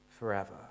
forever